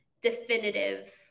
definitive